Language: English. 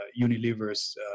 Unilever's